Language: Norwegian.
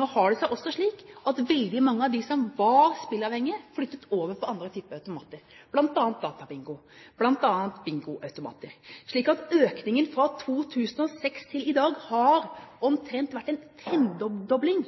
Nå har det seg også slik at veldig mange av dem som var spilleavhengige, flyttet over til andre typer automater, bl.a. databingo og bingoautomater, slik at økningen fra 2006 og til i dag har omtrent vært en